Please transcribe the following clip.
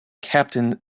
captain